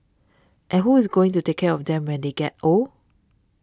and who is going to take care of them when they get old